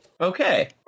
Okay